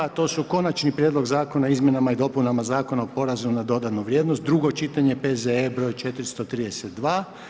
To su: -Konačni prijedlog Zakona o izmjenama i dopunama Zakona o porezu na dodanu vrijednost, drugo čitanje, P.Z.E. br. 432.